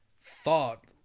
thought